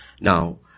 Now